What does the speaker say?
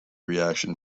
reaction